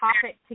topic